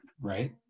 Right